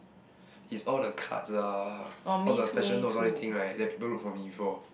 it's all the cards lah all the special notes all these things right that people wrote for me before